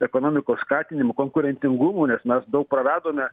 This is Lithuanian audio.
ekonomikos skatinimo konkurencingumų nes mes daug praradome